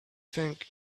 think